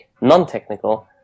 non-technical